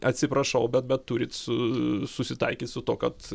atsiprašau bet bet turit su susitaikyti su tuo kad